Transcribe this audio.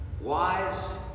Wives